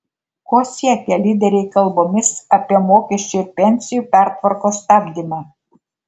ko siekia lyderiai kalbomis apie mokesčių ir pensijų pertvarkos stabdymą